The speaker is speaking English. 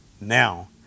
now